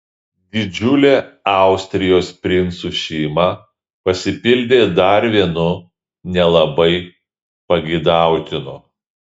didžiulė austrijos princų šeima pasipildė dar vienu nelabai pageidautinu